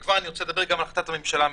ואני כבר רוצה לדבר גם על החלטת הממשלה מאתמול.